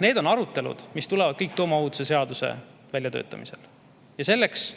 Need on arutelud, mis tulevad kõik tuumaohutuse seaduse väljatöötamisel. Ja selleks